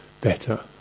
better